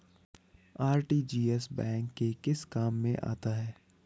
RTGS bank के किस काम में आता है?